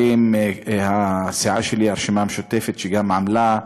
הסיעה שלי, הרשימה המשותפת, שגם עמלה,